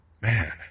Man